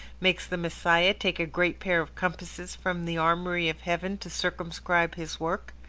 makes the messiah take a great pair of compasses from the armoury of heaven to circumscribe his work?